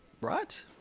right